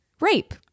rape